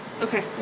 Okay